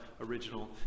original